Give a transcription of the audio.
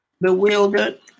Bewildered